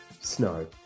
snow